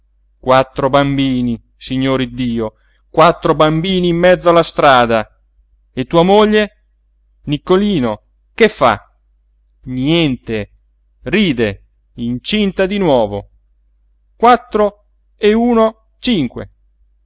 iddio quattro bambini in mezzo alla strada e tua moglie niccolino che fa niente ride incinta di nuovo quattro e uno cinque